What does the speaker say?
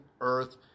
earth